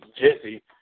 Jesse